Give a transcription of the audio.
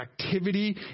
activity